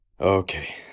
Okay